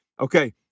Okay